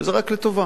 וזה רק לטובה.